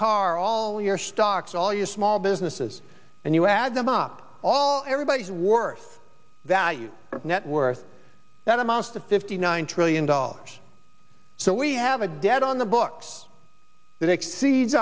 car all your stocks all your small businesses and you add them up all everybody's worth value net worth that amounts to fifty nine trillion dollars so we have a debt on the books that exceeds